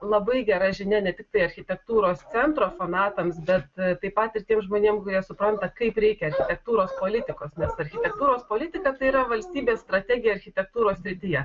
labai gera žinia ne tiktai architektūros centro fanatams bet taip pat ir tiem žmonėm kurie supranta kaip reikia architektūros politikos nes architektūros politika tai yra valstybės strategija architektūros srityje